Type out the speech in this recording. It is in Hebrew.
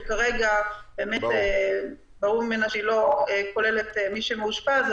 כרגע באמת ברור ממנה שהיא לא כוללת מי שמאושפז,